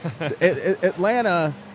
Atlanta